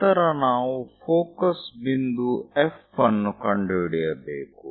ನಂತರ ನಾವು ಫೋಕಸ್ ಬಿಂದು F ಅನ್ನು ಕಂಡುಹಿಡಿಯಬೇಕು